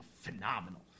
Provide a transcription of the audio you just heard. phenomenal